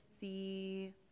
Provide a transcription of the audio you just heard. see